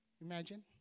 Imagine